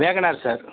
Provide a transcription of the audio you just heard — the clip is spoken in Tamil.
Wagon R sir